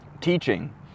teaching